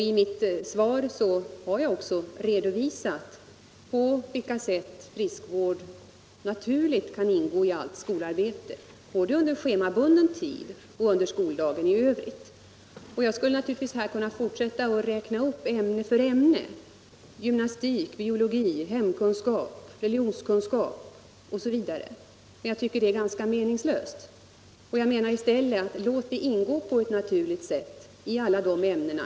I mitt svar har jag också redovisat på vilka sätt friskvård naturligt kan ingå i allt skolarbete, både under schemabunden tid och under skoldagen i övrigt. Jag skulle naturligtvis kunna fortsätta att räkna upp ämne för ämne — gymnastik, biologi, hemkunskap, religionskunskap osv. — men jag tycker det är ganska meningslöst. Jag menar i stället: Låt friskvården ingå på ett naturligt sätt i alla de ämnena.